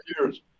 years